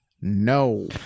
no